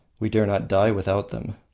we dare not die without them.